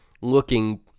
looking